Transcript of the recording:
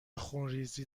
خونریزی